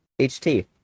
HT